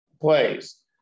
plays